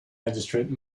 magistrate